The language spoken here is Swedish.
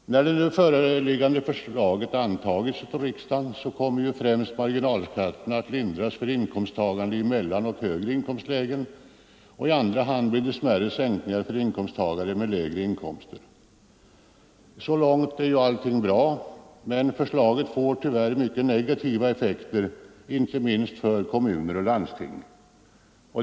När det nu föreliggande förslaget antagits av riksdagen, kommer främst marginalskatterna att lindras för inkomsttagare i mellanlägen och högre inkomstlägen. I andra hand blir det smärre sänkningar för inkomsttagare med lägre inkomster. Så långt är allting bra, men förslaget får tyvärr mycket negativa effekter, inte minst för kommuner och landsting.